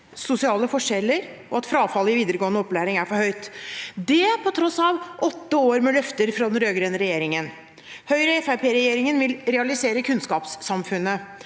sosiale forskjeller, og at frafallet i videregående opplæring er for høyt, dette på tross av åtte år med løfter fra den rød-grønne regjeringen. Høyre–Fremskrittsparti-regjeringen vil realisere kunnskapssamfunnet.